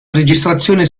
registrazione